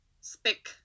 Spick